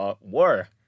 war